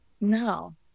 No